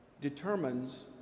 determines